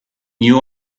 new